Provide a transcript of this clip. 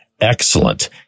excellent